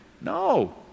No